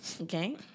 okay